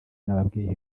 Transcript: nababwiye